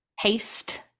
Haste